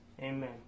Amen